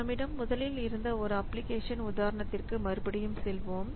நம்மிடம்முதலில்இருந்த ஒரு அப்ளிகேஷன் உதாரணத்திற்கு மறுபடியும் செல்வோம்